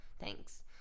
Thanks